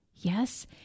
Yes